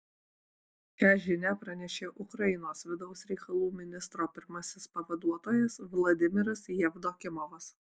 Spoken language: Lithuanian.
šią žinią pranešė ukrainos vidaus reikalų ministro pirmasis pavaduotojas vladimiras jevdokimovas